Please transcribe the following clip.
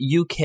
UK